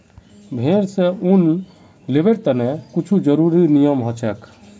भेड़ स ऊन लीबिर तने कुछू ज़रुरी नियम हछेक